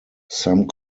some